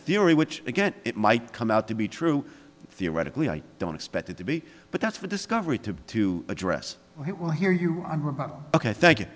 theory which again it might come out to be true theoretically i don't expect it to be but that's for discovery to to address it will hear you ok thank you